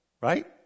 right